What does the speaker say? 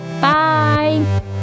Bye